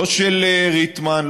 לא של ריטמן,